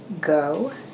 go